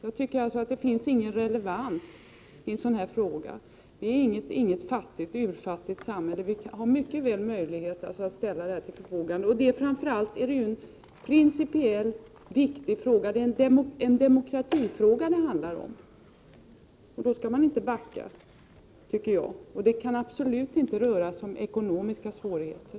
Jag tycker att ekonomin inte har någon relevans i denna fråga. Sverige är inget urfattigt samhälle. Vi kan mycket väl ställa medel till förfogande. Framför allt är det en principiellt viktig fråga och en demokratifråga. Då skall man inte backa. Det kan absolut inte röra sig om ekonomiska svårigheter.